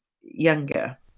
younger